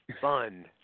fun